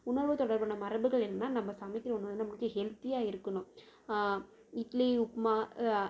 உணவு தொடர்பான மரபுகள் என்ன நம்ம சமைக்கிறோம்னா நமக்கு ஹெல்தியாக இருக்கணும் இட்லி உப்புமா